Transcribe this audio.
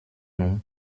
nous